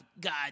God